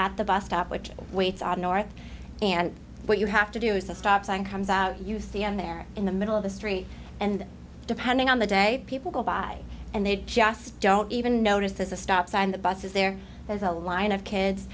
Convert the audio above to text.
at the bus stop which waits on north and what you have to do is a stop sign comes out you see em there in the middle of the street and depending on the day people go by and they just don't even notice there's a stop sign the bus is there there's a line of kids